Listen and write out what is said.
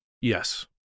Yes